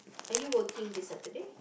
are you working this Saturday